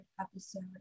episode